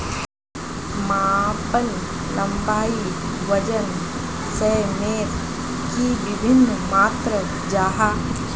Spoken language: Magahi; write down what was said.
मापन लंबाई वजन सयमेर की वि भिन्न मात्र जाहा?